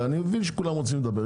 אני מבין שכולם רוצים לדבר.